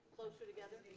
closer together?